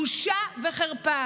בושה וחרפה.